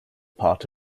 part